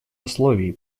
условий